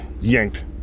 yanked